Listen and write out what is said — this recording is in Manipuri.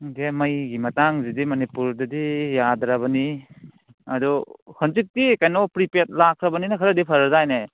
ꯈꯪꯗꯦ ꯃꯩꯒꯤ ꯃꯇꯥꯡꯁꯤꯗꯤ ꯃꯅꯤꯄꯨꯔꯗꯗꯤ ꯌꯥꯗ꯭ꯔꯕꯅꯤ ꯑꯗꯨ ꯍꯧꯖꯤꯛꯇꯤ ꯀꯩꯅꯣ ꯄ꯭ꯔꯤꯄꯦꯗ ꯂꯥꯛꯈ꯭ꯔꯕꯅꯤꯅ ꯈꯔꯗꯤ ꯐꯔꯗꯥꯏꯅꯦ